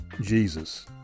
Jesus